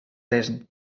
lizzen